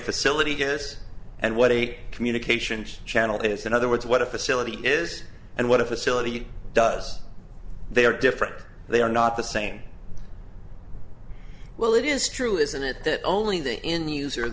facility has and what a communications channel is in other words what a facility is and what a facility does they are different they are not the same well it is true isn't it that only the